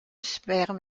sperme